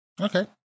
Okay